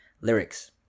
Lyrics